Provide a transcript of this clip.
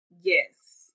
Yes